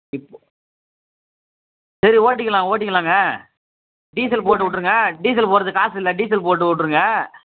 இப்போது சரி ஓட்டிக்கலாம் ஓட்டிக்கலாங்க டீசல் போட்டு விட்ருங்க டீசல் போட்றதுக்கு காசு இல்லை டீசல் போட்டு விட்ருங்க